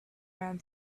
man